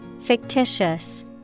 Fictitious